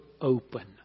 open